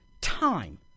time